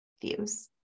views